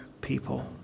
people